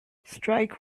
strike